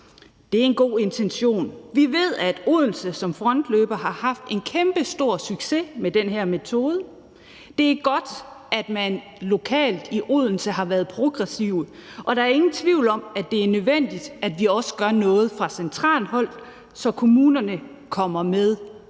Det er en god intention. Vi ved, at Odense som frontløber har haft en kæmpestor succes med den her metode. Det er godt, at man lokalt i Odense har været progressive, og der er ingen tvivl om, at det er nødvendigt, at vi også gør noget fra centralt hold, så kommunerne kommer med